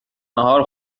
نهار